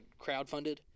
crowdfunded